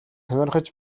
сонирхож